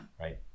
Right